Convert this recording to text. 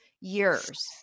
Years